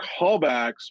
callbacks